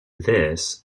this